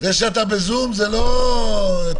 זה שאתה ב-זום, זאת לא פריבילגיה.